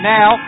Now